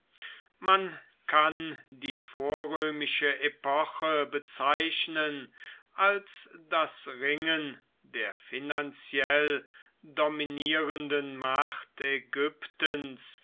man kann die vorrömische epoche bezeichnen als das ringen der finanziell dominierenden macht ägyptens